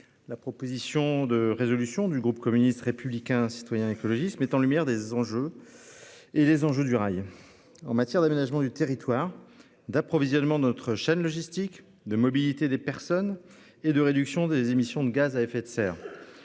La proposition de résolution du groupe communiste, républicain, citoyen et écologiste met en lumière des enjeux. Et les enjeux du rail en matière d'aménagement du territoire d'approvisionnement notre chaîne logistique de mobilité des personnes et de réduction des émissions de gaz à effet de serre.